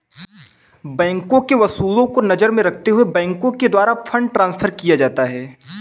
बैंकों के उसूलों को नजर में रखते हुए बैंकों के द्वारा फंड ट्रांस्फर किया जाता है